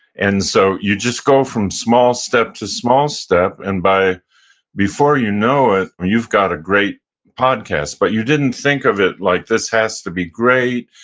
and so you just go from small step to small step, and before before you know it, you've got a great podcast, but you didn't think of it like this has to be great,